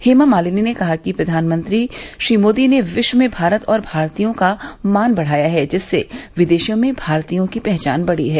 हेमा मालिनी ने कहा कि प्रधानमंत्री मोदी ने विश्व में भारत और भारतीयों का मान सम्मान बढ़ाया जिससे विदेशों में भारतीयों की पहचान बढ़ी है